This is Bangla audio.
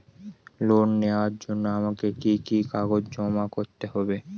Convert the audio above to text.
লোন নেওয়ার জন্য আমাকে কি কি কাগজ জমা করতে হবে?